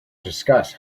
discuss